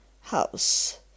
house